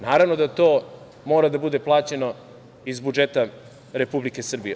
Naravno da to mora da bude plaćeno iz budžeta Republike Srbije.